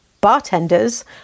bartenders